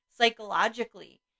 psychologically